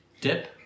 Dip